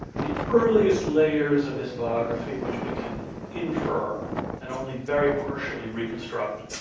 the earliest layers of his biography which we can infer and only very partially reconstruct,